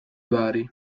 vari